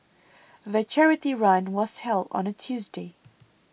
the charity run was held on a Tuesday